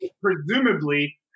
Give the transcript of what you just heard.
presumably